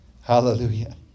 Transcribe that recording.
Hallelujah